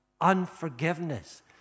unforgiveness